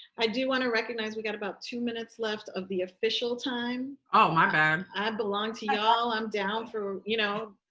i do want to recognize we've got about two minutes left of the official time. oh, my bad. i belong to y'all. i'm down for, you know,